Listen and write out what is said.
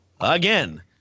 again